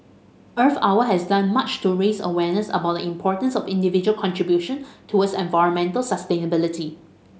Earth Hour has done much to raise awareness about the importance of individual contribution towards environmental sustainability